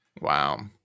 Wow